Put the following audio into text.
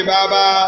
Baba